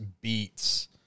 beats –